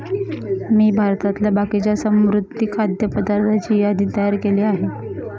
मी भारतातल्या बाकीच्या समुद्री खाद्य पदार्थांची यादी तयार केली आहे